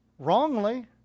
wrongly